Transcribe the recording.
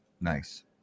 Nice